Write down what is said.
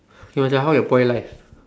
okay Macha how your Poly life